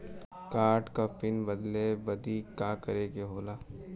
Card क pin बदले बदी का करे के होला?